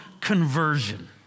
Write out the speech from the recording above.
conversion